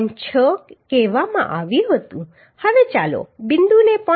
6fy કહેવામાં આવ્યું હતું હવે ચાલો બિંદુને 0